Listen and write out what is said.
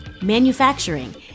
manufacturing